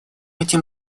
этим